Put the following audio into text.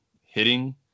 Hitting